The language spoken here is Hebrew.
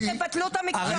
אז תבטלו את המקצוע הזה.